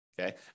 Okay